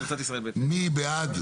מי בעד?